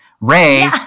Ray